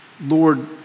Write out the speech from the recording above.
Lord